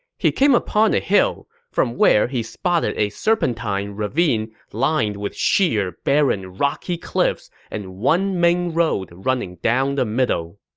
he came upon a hill, from where he spotted a serpentine ravine lined with sheer, barren rocky cliffs and one main road running down the middle.